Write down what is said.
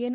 N